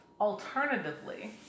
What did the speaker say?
Alternatively